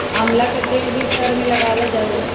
आमला के तेल भी सर में लगावल जा हई